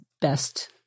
best